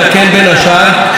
בין השאר,